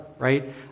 right